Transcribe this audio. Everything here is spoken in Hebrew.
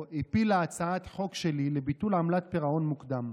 הפילה הצעת חוק שלי לביטול עמלת פירעון מוקדם,